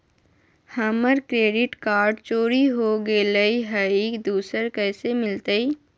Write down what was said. हमर credit card चोरी हो गेलय हई, दुसर कैसे मिलतई?